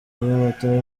batawe